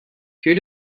peer